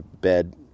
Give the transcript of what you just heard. bed